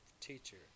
teacher